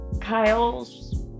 Kyle's